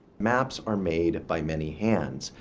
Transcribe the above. maps are made by many hands.